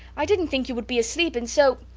i didnt think you would be asleep, and so.